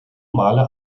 male